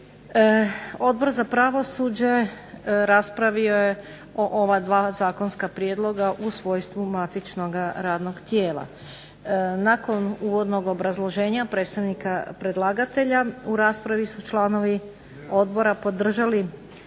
Odbor za pravosuđe raspravio je o ova dva zakonska prijedloga u svojstvu matičnog radnog tijela. Nakon uvodnog obrazloženja predstavnika predlagatelja u raspravi su članovi odbora podržali